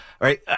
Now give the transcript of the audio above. right